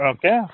Okay